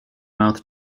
mouth